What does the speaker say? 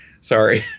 Sorry